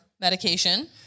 medication